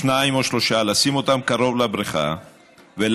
שניים או שלושה, לשים אותם קרוב לבריכה ולהגיד